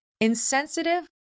Insensitive